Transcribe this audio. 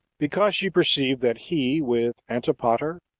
because she perceived that he, with antipater,